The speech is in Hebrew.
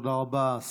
תודה רבה.